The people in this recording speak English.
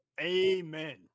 Amen